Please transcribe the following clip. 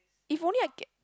if only I get